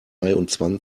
möchte